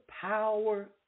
power